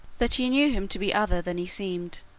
that he knew him to be other than he seemed,